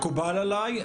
מקובל עליי.